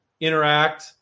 interact